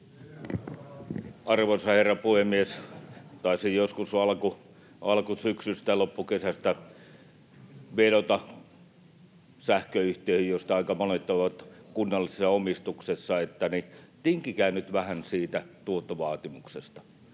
Arvoisa herra puhemies! Taisin joskus jo alkusyksystä ja loppukesästä vedota sähköyhtiöihin, joista aika monet ovat kunnallisessa omistuksessa, että tinkikää nyt vähän siitä tuottovaatimuksesta.